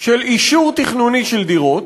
של אישור תכנוני של דירות,